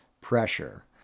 pressure